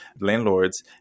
landlords